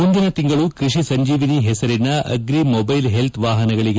ಮುಂದಿನ ತಿಂಗಳ ಕೃಷಿ ಸಂಜೀವಿನಿ ಹೆಸರಿನ ಅಗ್ರೀ ಮೊಬೈಲ್ ಹೆಲ್ತ್ ವಾಹನಗಳಿಗೆ